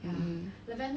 um